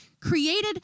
created